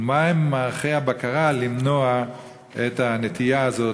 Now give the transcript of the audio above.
ומה הם מערכי הבקרה למנוע את הנטייה הזאת